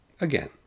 again